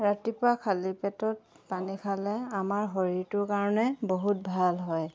ৰাতিপুৱা খালী পেটত পানী খালে আমাৰ শৰীৰটোৰ কাৰণে বহুত ভাল হয়